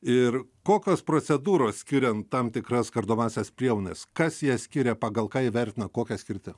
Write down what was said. ir kokios procedūros skiriant tam tikras kardomąsias priemones kas jas skiria pagal ką įvertina kokią skirti